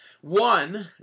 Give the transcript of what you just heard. One